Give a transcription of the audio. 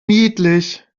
niedlich